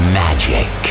magic